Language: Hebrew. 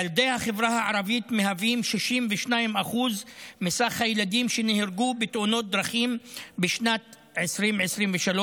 ילדי החברה הערבית מהווים 62% מהילדים שנהרגו בתאונות דרכים בשנת 2023,